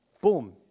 boom